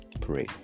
pray